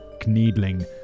kneedling